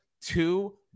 two